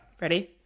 Ready